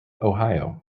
ohio